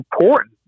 important